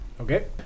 Okay